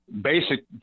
basic